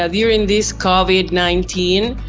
ah during this covid nineteen,